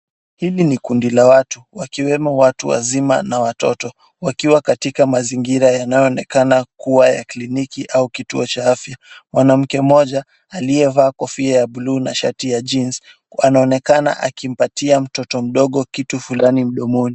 Hili ni kundi la watu wakiwemo watu wazima na watoto wakiwa katika mazingira yanayoonekana kuwa ya kliniki au kituo cha afya. Mwanamke mmoja aliyevaa kofia ya bluu na shati ya jeans anaonekana akimpatia mtoto mdogo kitu fulani mdomoni.